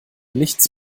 nichts